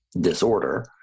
disorder